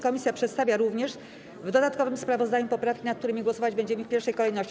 Komisja przedstawia również w dodatkowym sprawozdaniu poprawki, nad którymi głosować będziemy w pierwszej kolejności.